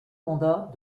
mandat